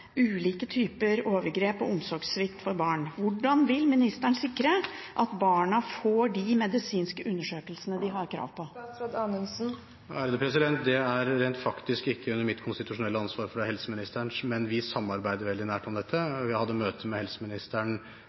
ulike typer overgrep og omsorgssvikt overfor barn. Hvordan vil ministeren sikre at barna får de medisinske undersøkelsene de har krav på? Dette er rent faktisk ikke mitt konstitusjonelle ansvar, det er helseministerens, men vi samarbeider veldig nært om det. Jeg hadde møte med helseministeren